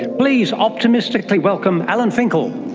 please optimistically welcome alan finkel.